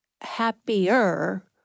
happier